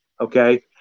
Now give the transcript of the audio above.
Okay